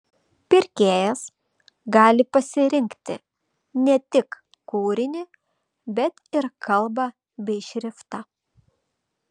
pirkėjas gali pasirinkti ne tik kūrinį bet ir kalbą bei šriftą